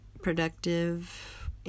productive